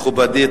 מכובדי,